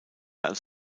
als